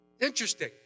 Interesting